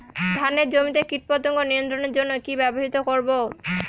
ধানের জমিতে কীটপতঙ্গ নিয়ন্ত্রণের জন্য কি ব্যবহৃত করব?